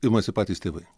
imasi patys tėvai